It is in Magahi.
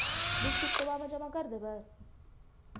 बिस किस्तवा मे जमा कर देवै?